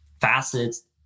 facets